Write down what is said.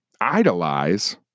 idolize